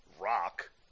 rock